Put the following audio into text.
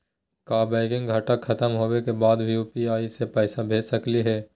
का बैंकिंग घंटा खत्म होवे के बाद भी यू.पी.आई से पैसा भेज सकली हे?